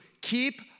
keep